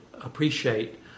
appreciate